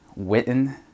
Witten